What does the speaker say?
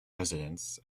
residents